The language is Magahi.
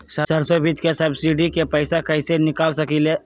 सरसों बीज के सब्सिडी के पैसा कईसे निकाल सकीले?